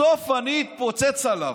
בסוף אני אתפוצץ עליו.